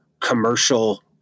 commercial